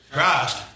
Christ